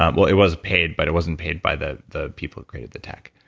um well it was paid, but it wasn't paid by the the people who created the tech.